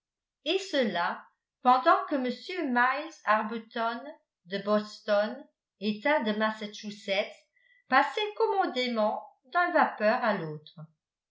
et cela pendant que m miles arbuton de boston etat de massachusetts passait commodément d'un vapeur à l'autre